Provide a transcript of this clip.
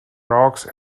rocks